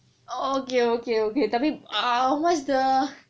okay okay okay tapi ah what's the